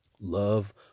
love